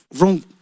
wrong